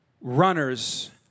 runners